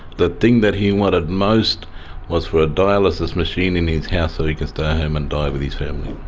the thing that he wanted most was for a dialysis machine in his house so he could stay home and die with his family.